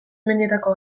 mendietako